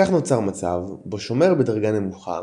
כך נוצר מצב בו שומר בדרגה נמוכה